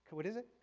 what is it?